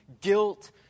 guilt